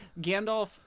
Gandalf